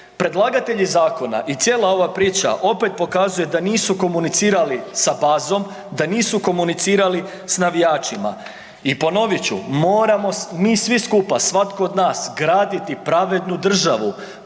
Predlagatelji zakona i cijela ova priča opet pokazuje da nisu komunicirali sa bazom, da nisu komunicirali s navijačima. I ponovit ću moramo, mi svi skupa, svatko od nas graditi pravednu državu,